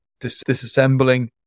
disassembling